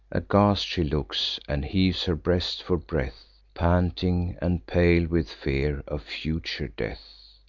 aghast she looks, and heaves her breast for breath, panting, and pale with fear of future death.